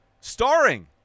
starring